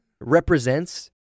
represents